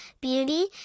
beauty